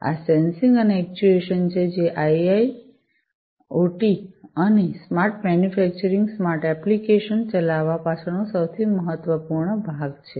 આ સેન્સિંગ અને એક્ચુએશન છે જે આઇઓઓટી અને smart manufacturing smart factory application ચલાવા પાછળનો સૌથી મહત્વપૂર્ણ ભાગ છે